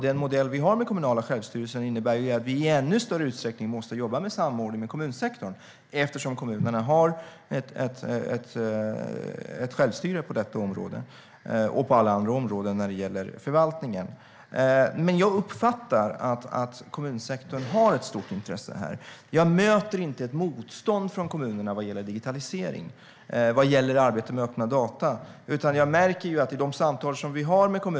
Den modell vi har med den kommunala självstyrelsen innebär att vi i ännu större utsträckning måste arbeta med samordning med kommunsektorn, eftersom kommunerna har ett självstyre på detta område och på alla andra områden när det gäller förvaltningen. Jag uppfattar att kommunsektorn har ett stort intresse här. Jag möter inte ett motstånd från kommunerna vad gäller digitalisering och arbete med öppna data.